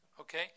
Okay